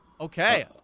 okay